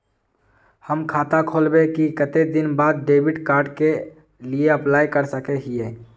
हम खाता खोलबे के कते दिन बाद डेबिड कार्ड के लिए अप्लाई कर सके हिये?